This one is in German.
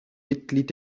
mitglied